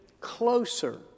closer